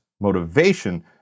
motivation